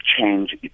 change